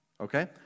okay